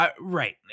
Right